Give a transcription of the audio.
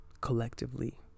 collectively